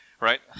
Right